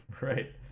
Right